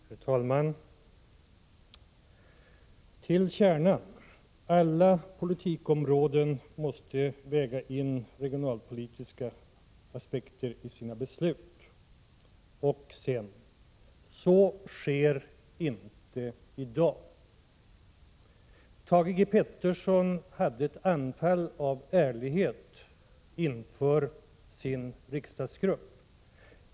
Herr talman! Till kärnan: Alla politikområden måste väga in regionalpolitiska aspekter i sina beslut. Så sker inte i dag. Thage G. Peterson hade ett anfall av ärlighet inför sin riksdagsgrupp.